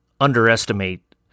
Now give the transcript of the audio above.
underestimate